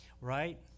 right